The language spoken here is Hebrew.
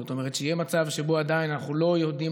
זאת אומרת שיהיה מצב שבו אנחנו עדיין לא יודעים